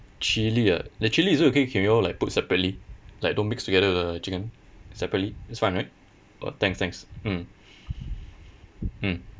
chilli ah the chilli is it okay can you all like put separately like don't mix together with the chicken separately it's fine right uh thanks thanks mm mm